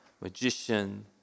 magician